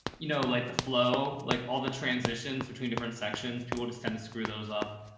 you know, like the flow, like all the transitions between different sections, people just tend to screw those up.